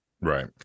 Right